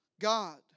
God